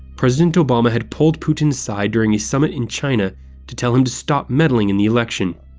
president obama had pulled putin aside during a summit in china to tell him to stop meddling in the election.